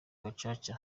gacaca